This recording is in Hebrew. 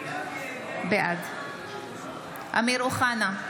בעד אמיר אוחנה,